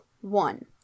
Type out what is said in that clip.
one